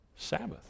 Sabbath